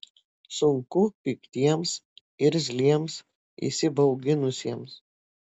sunku piktiems irzliems įsibauginusiems